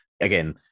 again